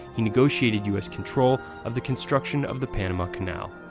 he negotiated us control of the construction of the panama canal